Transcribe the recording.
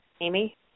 Amy